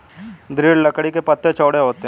दृढ़ लकड़ी के पत्ते चौड़े होते हैं